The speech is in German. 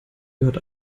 gehört